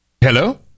Hello